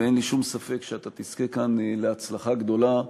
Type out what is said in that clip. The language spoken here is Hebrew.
ואין לי שום ספק שאתה תזכה כאן להצלחה גדולה,